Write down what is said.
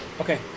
Okay